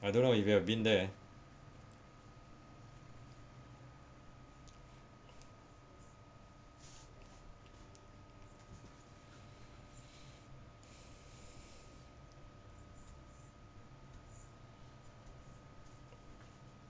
I don't know if you've been there